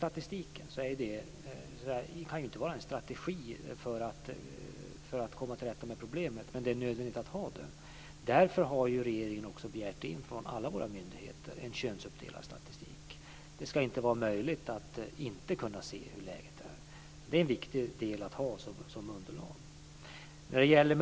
Statistiken kan inte vara en strategi för att komma till rätta med problemet men det är nödvändigt att ha den. Därför har regeringen från alla våra myndigheter begärt in en könsuppdelad statistik. Det ska inte vara möjligt att inte se hur läget är. Detta är en viktig del att ha med som underlag.